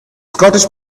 scottish